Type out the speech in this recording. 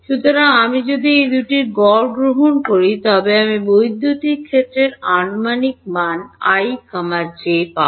সুতরাং আমি যদি এই দুটিয়ের গড় গ্রহণ করি তবে আমি বৈদ্যুতিক ক্ষেত্রের আনুমানিক মান i j এ পাব